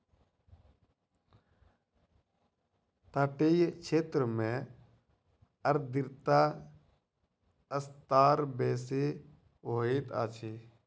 तटीय क्षेत्र में आर्द्रता स्तर बेसी होइत अछि